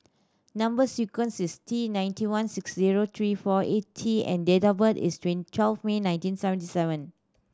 number sequence is T ninety one six zero three four eight T and date of birth is twelve May nineteen seventy seven